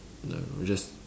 no we just